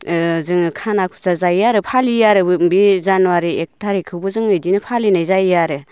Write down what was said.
ओ जोङो खाना खुजा जायो आरो फालियो आरो बे जानुवारि एक थारिखखौबो जोङो बिदिनो फालिनाय जायो आरो